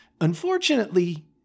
unfortunately